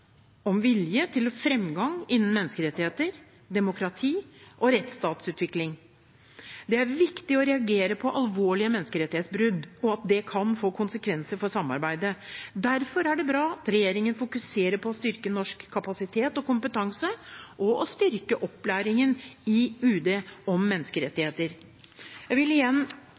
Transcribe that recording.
om vilje til fremgang innen menneskerettigheter, demokrati og rettsstatsutvikling. Det er viktig å reagere på alvorlige menneskerettighetsbrudd – og at det kan få konsekvenser for samarbeidet. Derfor er det bra at regjeringen fokuserer på å styrke norsk kapasitet og kompetanse og å styrke opplæringen i UD om